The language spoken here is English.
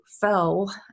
fell